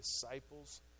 disciples